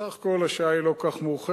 סך הכול השעה היא לא כל כך מאוחרת,